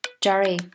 Jerry